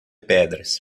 pedras